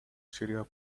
syria